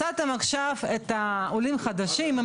מצאתם עכשיו את העולים החדשים עם